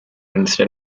instead